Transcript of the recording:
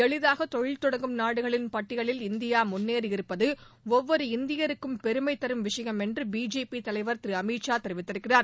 எளிதாக தொழில் தொடங்கும் நாடுகளின் பட்டியலில் இந்தியா முன்னேறியருப்பது ஒவ்வொரு இந்தியருக்கும் பெருமை தரும் விஷயம் என்று பிஜேபி தலைவர் திரு அமித்ஷா கூறியிருக்கிறார்